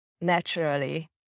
naturally